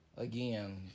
Again